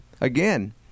again